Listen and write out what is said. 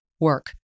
work